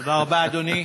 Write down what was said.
תודה רבה, אדוני.